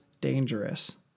dangerous